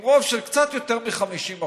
עם רוב של קצת יותר מ-50%,